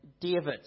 David